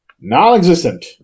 Non-existent